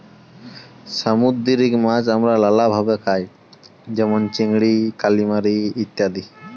সামুদ্দিরিক মাছ আমরা লালাভাবে খাই যেমল চিংড়ি, কালিমারি ইত্যাদি